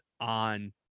on